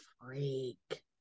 freak